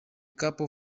couple